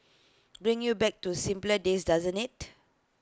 brings you back to simpler days doesn't IT